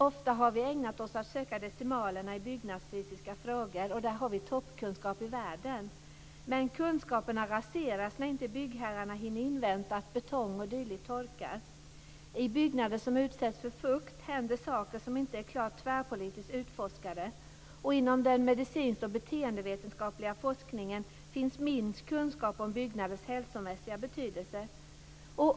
Ofta har vi ägnat oss åt att söka decimalerna i byggnadsfysiska frågor, där vi har toppkunskap i världen. Men kunskapen raseras när inte byggherrarna hinner invänta att betong och dylikt torkar. I byggnader som utsätts för fukt händer saker som inte är klart tvärpolitiskt utforskade. Inom den medicinska och beteendevetenskapliga forskningen finns minst kunskap om byggnaders hälsomässiga betydelse.